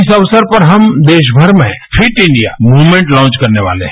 इस अवसर पर हम देशभर में फिट इंडिया मूवमेंट लॉन्च करने वाले हैं